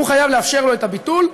הוא חייב לאפשר לו את הביטול,